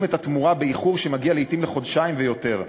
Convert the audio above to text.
את התמורה באיחור שמגיע לעתים לחודשיים ויותר.